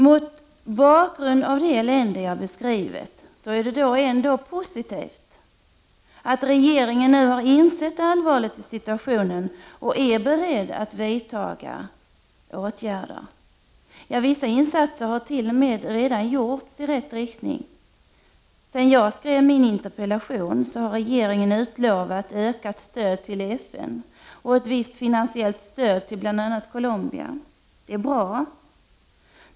Mot bakgrund av det elände jag har beskrivit är det ändå positivt att regeringen nu har insett allvaret i situationen och är beredd att vidta åtgärder. Vissa insatser har t.o.m. redan gjorts i rätt riktning. Sedan jag skrev min interpellation har regeringen utlovat ökat stöd till FN och ett visst finansiellt stöd till bl.a. Colombia. Det är bra.